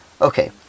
Okay